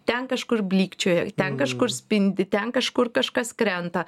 ten kažkur blykčioja ten kažkur spindi ten kažkur kažkas krenta